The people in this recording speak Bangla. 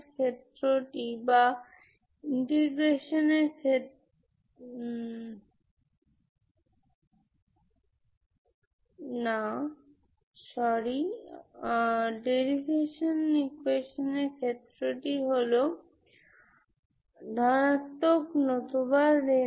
সুতরাং ইকুয়েশন হল yλy0 তাই মূলত ইকুয়েশন হয়ে যায় λ হল 0 এজন্য y0